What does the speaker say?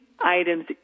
items